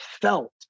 felt